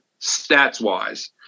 stats-wise